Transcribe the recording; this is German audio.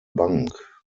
bank